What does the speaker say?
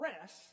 rest